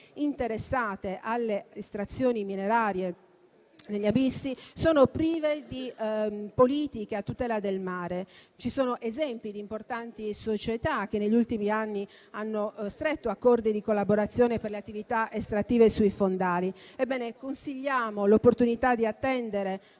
interessate alle estrazioni minerarie negli abissi sono prive di politiche a tutela del mare. Ci sono esempi di importanti società che negli ultimi anni hanno stretto accordi di collaborazione per le attività estrattive sui fondali. Consigliamo l'opportunità di attendere